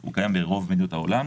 הוא קיים ברוב מדינות העולם.